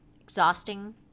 exhausting